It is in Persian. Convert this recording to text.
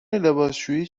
لباسشویی